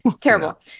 terrible